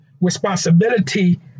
responsibility